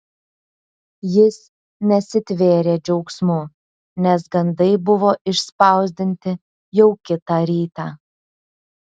jis nesitvėrė džiaugsmu nes gandai buvo išspausdinti jau kitą rytą